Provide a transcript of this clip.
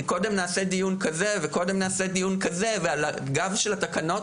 קודם נעשה דיון כזה או אחר ועל גב התקנות